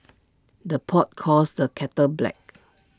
the pot calls the kettle black